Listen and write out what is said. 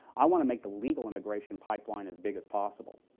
i want to make the legal immigration pipeline as big as possible.